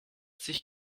sich